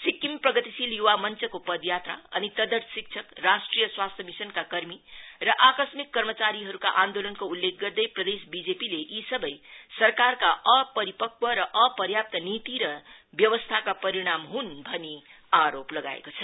सिक्किम प्रगतिशील युवा मञ्चको पदयात्राअनि तदर्थ शिक्षक राष्ट्रिय स्वास्थ्या मिसनका कर्मी र आकस्मिक कर्मचारीहरुका आन्दोलनको उल्लेख गर्दै प्रदेश बिजेपी ले यी सबै सरकारका अपरिक्त र अपर्यप्त नीति र व्यवस्थाका परिणाम हुन् भनी आरोप लगाएको छ